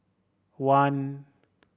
one